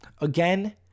Again